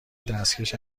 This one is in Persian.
دستکش